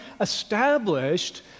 established